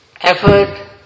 Effort